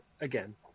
again